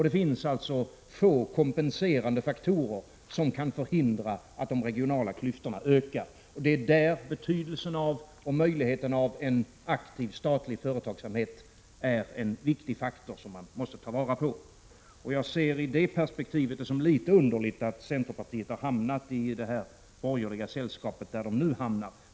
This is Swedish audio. Det finns få kompenserande faktorer som kan förhindra att de regionala klyftorna ökar. Betydelsen av och möjligheten för en aktiv statlig företagsamhet är där viktiga faktorer som man måste ta vara på. Jag ser det i det perspektivet som litet underligt att centerpartiet har — Prot. 1986/87:134 hamnat i detta borgerliga sällskap.